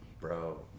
Bro